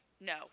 No